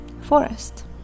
forest